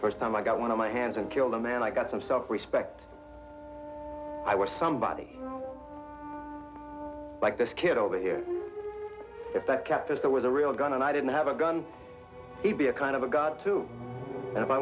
first time i got one of my hands and killed a man i got some self respect i was somebody like this kid over here if that cap is that was a real gun and i didn't have a gun he be a kind of a god to and i